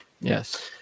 Yes